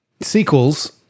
Sequels